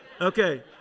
Okay